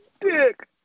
dick